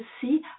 see